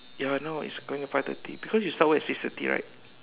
ya now it's going to be five thirty because you start work at six thirty right